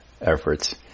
efforts